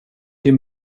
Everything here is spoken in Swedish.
till